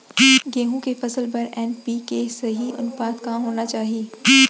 गेहूँ के फसल बर एन.पी.के के सही अनुपात का होना चाही?